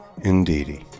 indeedy